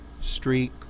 street